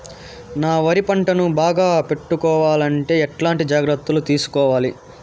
నా వరి పంటను బాగా పెట్టుకోవాలంటే ఎట్లాంటి జాగ్రత్త లు తీసుకోవాలి?